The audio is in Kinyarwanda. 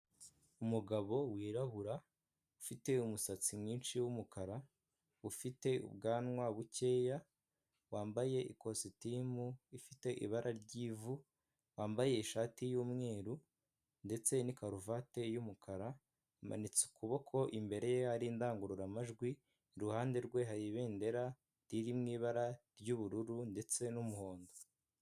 umugabo wirabura ufite umusatsi mwinshi w'umukara ufite ubwanwa bukeya wambaye ikositimu ifite ibara ry'ivu, wambaye ishati y'umweru ndetse nikaruvati y'umukara amanitse ukuboko imbere ye hari indangururamajwi iruhande rwe hari ibendera riri mwibara ry'ubururu ndetse n'umuhondo.